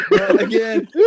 Again